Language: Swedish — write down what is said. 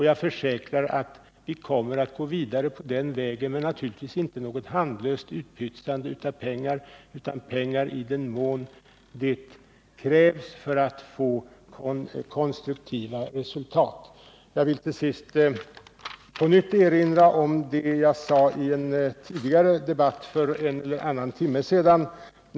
Jag försäkrar att vi kommer att gå vidare på den vägen, men naturligtvis inte i form av något handlöst utpytsande av pengar, utan pengar kommer att utbetalas i den mån det krävs för att få konstruktiva resultat. Jag vill till sist på nytt erinra om vad jag sade i en tidigare debatt för en eller annan timme sedan.